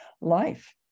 life